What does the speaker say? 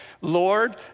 Lord